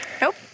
Nope